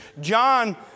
John